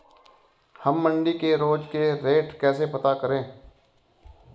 हम मंडी के रोज के रेट कैसे पता करें?